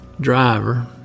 driver